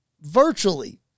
virtually